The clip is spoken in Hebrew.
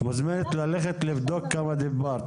את מוזמנת ללכת לבדוק כמה דיברת.